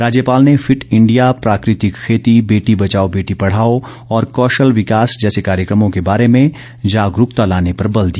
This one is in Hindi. राज्यपाल ने फिट इंडिया प्राकृतिक खेती बेटी बचाओ बेटी पढाओ औ कौशल विकास जैसे कार्यक्रमों के बारे में जागरूकता लाने पर बल दिया